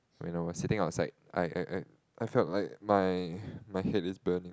when I was sitting outside I I I I felt like my my head is burning